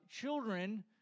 children